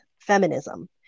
feminism